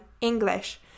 English